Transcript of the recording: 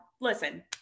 listen